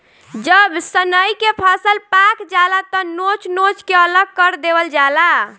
जब सनइ के फसल पाक जाला त नोच नोच के अलग कर देवल जाला